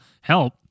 help